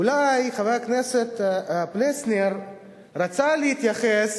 אולי חבר הכנסת פלסנר רצה להתייחס